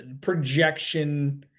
projection